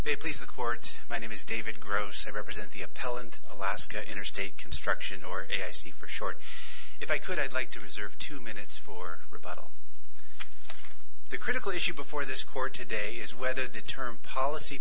they please the court my name is david gross i represent the appellant alaska interstate construction or a i see for short if i could i'd like to reserve two minutes for republic the critical issue before this court today is whether the term policy